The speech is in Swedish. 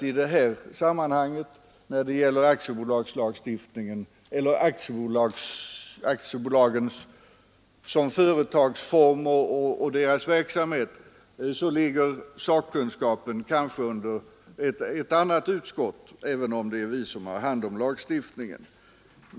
I det här sammanhanget, när det gällde aktiebolagen såsom företagsformer och deras verksamhet, kan man väl säga att sakkunskapen kanske ligger inom ett annat utskott, även om det är vi som har hand om lagstiftningen.